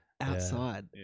outside